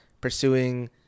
pursuing